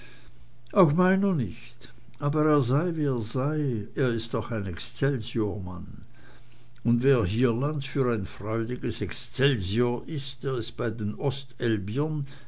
auch meiner nicht aber er sei wie er sei er ist doch ein excelsior mann und wer hierlandes für ein freudiges excelsior ist der ist bei den ostelbiern